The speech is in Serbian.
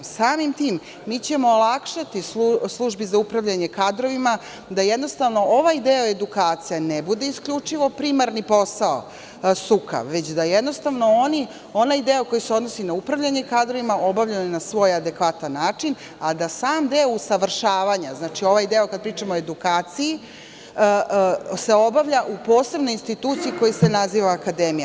Samim tim mi ćemo olakšati službi za upravljanje kadrovima da, jednostavno, ovaj deo edukacije ne bude isključivo primarni posao SUK-a, već da, jednostavno, oni onaj deo koji se odnosi na upravljanje kadrovima obavljaju na svoj adekvatan način, a da sam deo usavršavanja, znači, ovaj deo kada pričamo o edukaciji, se obavlja u posebnoj instituciji koja se naziva Akademija.